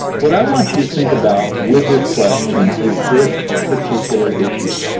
what i want you to think about with this question is this particular issue.